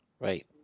Right